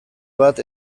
bat